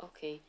okay